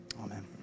Amen